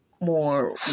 more